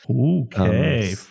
Okay